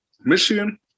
Michigan –